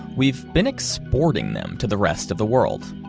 we've been exporting them to the rest of the world,